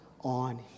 on